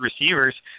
receivers